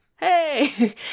Hey